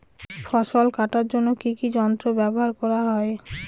ফসল কাটার জন্য কি কি যন্ত্র ব্যাবহার করা হয়?